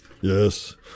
Yes